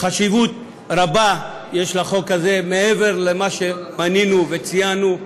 חשיבות רבה יש לחוק הזה, מעבר למה שמנינו וציינו.